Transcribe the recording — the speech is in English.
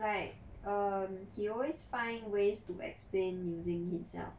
like um he always find ways to explain using himself